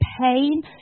pain